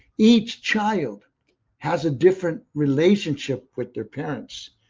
each child has a different relationship with their parents.